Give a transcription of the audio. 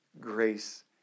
grace